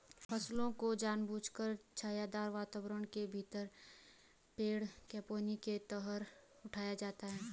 फसलों को जानबूझकर छायादार वातावरण के भीतर पेड़ कैनोपी के तहत उठाया जाता है